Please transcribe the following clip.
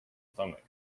stomach